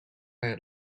had